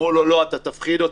אמרו לו, לא, אתה תפחיד אותו.